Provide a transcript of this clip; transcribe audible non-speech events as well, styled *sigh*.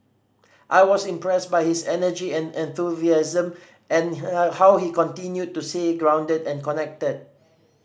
I was impressed by his energy and enthusiasm and *unintelligible* how he continued to stay grounded and connected